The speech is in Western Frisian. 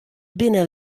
binne